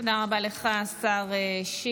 תודה רבה לך, השר שיקלי.